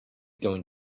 going